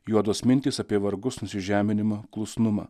juodos mintys apie vargus nusižeminimą klusnumą